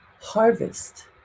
harvest